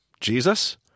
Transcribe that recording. Jesus